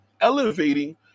elevating